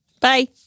Bye